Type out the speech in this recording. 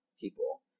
people